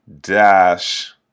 Dash